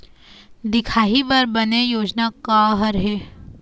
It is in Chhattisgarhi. दिखाही बर बने योजना का हर हे?